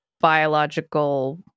biological